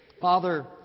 Father